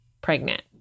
pregnant